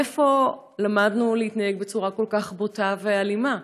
מאיפה למדנו להתנהג בצורה כל כך בוטה ואלימה?